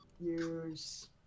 use